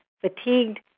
fatigued